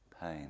pain